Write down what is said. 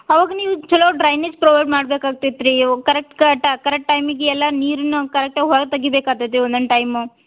ಅವಾಗ ನೀವು ಚಲೋ ಡ್ರೈನೇಜ್ ಪ್ರೊವೈಡ್ ಮಾಡ್ಬೇಕು ಆಗ್ತದ್ ರೀ ಇವು ಕರೆಕ್ಟ್ ಕಟ ಕರೆಕ್ಟ್ ಟೈಮಿಗೆಲ್ಲ ನೀರನ್ನು ಕರೆಕ್ಟಾಗಿ ಹೊರಗೆ ತೆಗೀಬೇಕಾಗ್ತದೆ ಒಂದೊಂದು ಟೈಮು